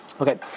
Okay